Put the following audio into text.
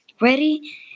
Ready